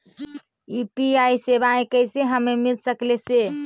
UPI सेवाएं कैसे हमें मिल सकले से?